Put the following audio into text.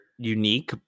Unique